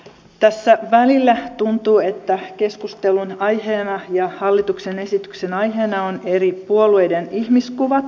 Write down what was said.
tässä välillä tuntuu että keskustelun aiheena ja hallituksen esityksen aiheena on eri puolueiden ihmiskuvat